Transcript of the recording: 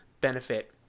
benefit